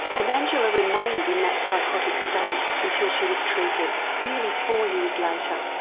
and angela remained in that psychotic state until she was treated nearly four years later.